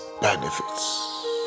benefits